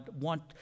want